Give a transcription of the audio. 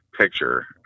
picture